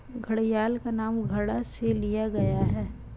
घड़ियाल का नाम घड़ा से लिया गया है